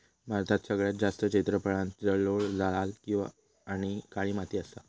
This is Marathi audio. भारतात सगळ्यात जास्त क्षेत्रफळांत जलोळ, लाल आणि काळी माती असा